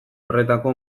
horretako